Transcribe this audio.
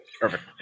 Perfect